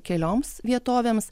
kelioms vietovėms